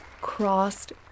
crossed